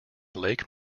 lake